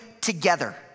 together